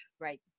Right